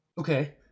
Okay